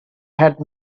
had